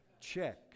check